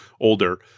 older